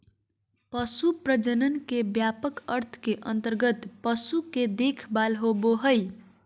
पशु प्रजनन के व्यापक अर्थ के अंतर्गत पशु के देखभाल होबो हइ